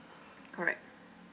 correct